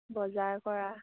বজাৰ কৰা